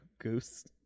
Goose